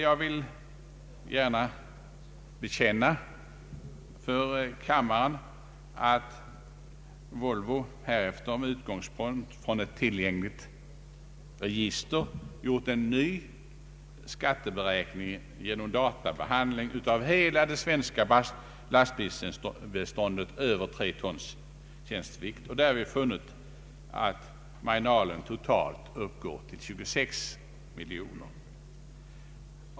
Jag vill gärna bekänna för kammaren att Volvo härefter med utgångspunkt i ett tillgängligt register gjort en ny skatteberäkning genom databehandling av hela det svenska lastbilsbeståndet över 3 tons tjänstevikt och därvid funnit att felmarginalen totalt uppgår till 26 miljoner kronor.